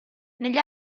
negli